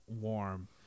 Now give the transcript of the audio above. warm